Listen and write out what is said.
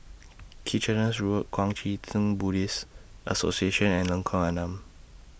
Kitchener Road Kuang Chee Tng Buddhist Association and Lengkong Enam